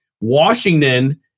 washington